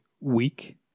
week